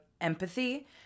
empathy